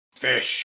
Fish